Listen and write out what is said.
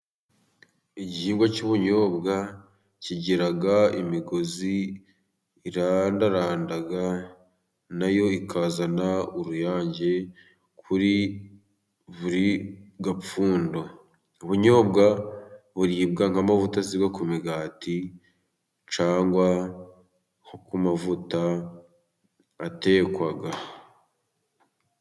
Igihingwa cy'ubunyobwa kigira imigozi irandaranda na yo ikazana uruyange kuri buri gapfundo. Ubunyobwa buribwa nk'amavuta asigwa ku migati cyangwa se amavuta atekwa.